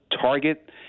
target